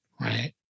right